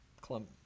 Clump